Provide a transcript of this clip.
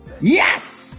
Yes